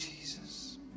Jesus